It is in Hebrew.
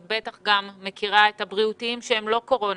את בטח גם מכירה את הבריאותיים שהם גם לא קורונה,